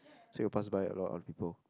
so you will pass by a lot of other people